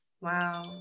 Wow